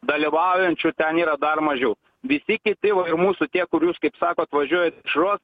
dalyvaujančių ten yra dar mažiau visi kiti o ir mūsų tie kur jūs kaip sakot važiuoja dešros